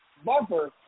Bumper